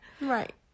Right